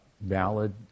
valid